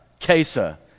CASA